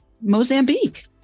Mozambique